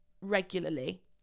regularly